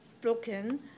broken